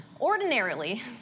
ordinarily